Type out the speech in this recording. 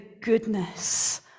goodness